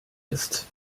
ist